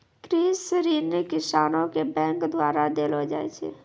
कृषि ऋण किसानो के बैंक द्वारा देलो जाय छै